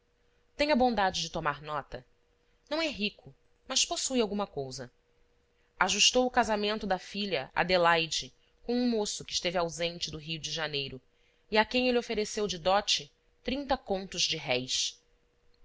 tenha a bondade de tomar nota não é rico mas possui alguma cousa ajustou o casamento da filha adelaide com um moço que esteve ausente do rio de janeiro e a quem ele ofereceu de dote trinta contos de réis